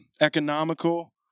economical